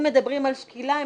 אם מדברים על שקילה,